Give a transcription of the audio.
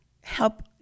Help